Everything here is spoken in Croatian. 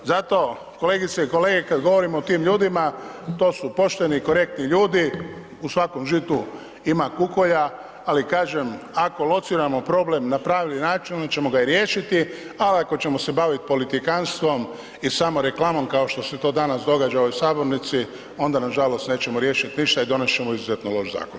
Zato, kolegice i kolege kad govorimo o tim ljudima, to su pošteni i korektni ljudi u svakom žitu ima kukolja, ali kažem ako lociramo problem na pravi način, onda ćemo ga i riješiti, al ako ćemo se baviti politikantstvom i samoreklamom kao što se to danas događa u ovoj sabornici onda nažalost nećemo riješit ništa i donijet ćemo izuzetno loš zakon.